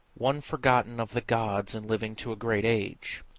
one forgotten of the gods and living to a great age.